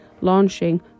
launching